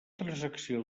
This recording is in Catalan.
transacció